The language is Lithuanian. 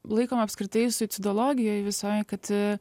laikom apskritai suicidologijoj visoj kad